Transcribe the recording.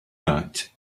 that